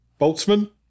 Boltzmann